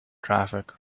traffic